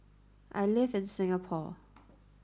I live in Singapore